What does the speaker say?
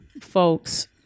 folks